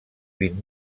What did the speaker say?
vint